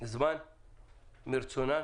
זמן מרצונן